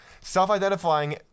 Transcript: Self-identifying